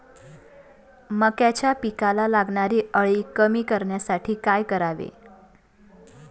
मक्याच्या पिकाला लागणारी अळी कमी करण्यासाठी काय करावे?